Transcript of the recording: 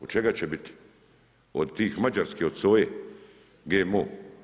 Od čega će biti, od tih mađarskih od soje, GMO?